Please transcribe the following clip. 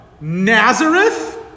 Nazareth